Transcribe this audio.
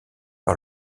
par